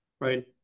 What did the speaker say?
Right